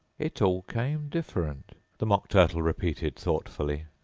it all came different the mock turtle repeated thoughtfully.